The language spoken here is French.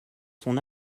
son